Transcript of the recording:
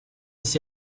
ist